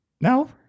No